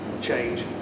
change